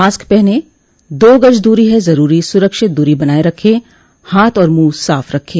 mask पहनें दो गज़ दूरी है ज़रूरी सुरक्षित दूरी बनाए रखें हाथ और मुंह साफ रखें